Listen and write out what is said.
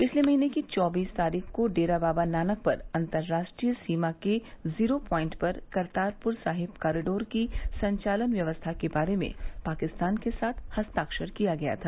पिछले महीने की चौबीस तारीख को डेरा बाबा नानक पर अन्तर्राष्टीय सीमा के जीरो प्वाइट पर करतारपुर साहिब कारीडोर की संचालन व्यवस्था के बारे में पाकिस्तान के साथ हस्ताक्षर किया गया था